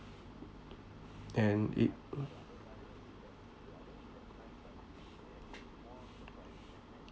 and it